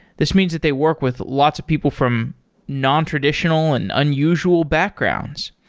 this means that they work with lots of people from nontraditional and unusual backgrounds.